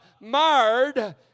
marred